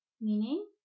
meaning